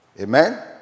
Amen